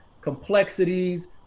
complexities